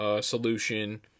solution